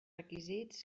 requisits